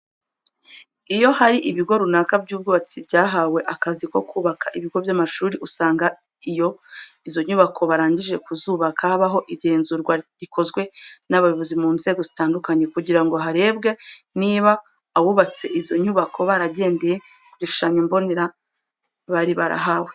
Iyo hari ibigo runaka by'ubwubatsi byahawe akazi ko kubaka ibigo by'amashuri, usanga iyo izo nyubako barangije kuzubaka habaho igenzurwa rikozwe n'abayobozi mu nzego zitandukanye kugira ngo harebwe niba abubatse izo nyubako baragendeye ku gishushanyo mbonera bari bahawe.